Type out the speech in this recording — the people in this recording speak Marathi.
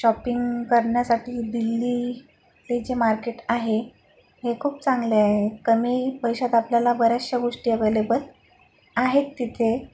शॉपिंग करण्यासाठी दिल्ली हे जे मार्केट आहे हे खूप चांगले आहे कमी पैशात आपल्याला बऱ्याचशा गोष्टी अव्हेलेबल आहेत तिथे